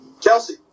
Kelsey